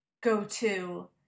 go-to